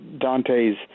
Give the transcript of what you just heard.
Dante's